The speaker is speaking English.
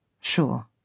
sure